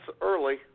early